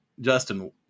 Justin